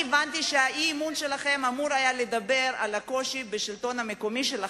הבנתי שהאי-אמון שלכם היה אמור לדבר על הקושי שלכם בשלטון המקומי,